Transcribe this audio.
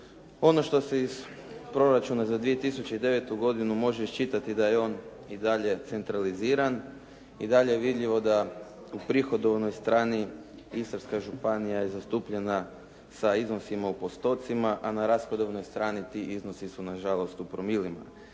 Ono što se iz Proračuna za 2009. godinu može iščitati da je on i dalje centraliziran. I dalje je vidljivo u prihodovnoj strani Istarska županija je zastupljena sa iznosima u postocima, a na rashodovnoj strani ti iznosi su na žalost u promilima.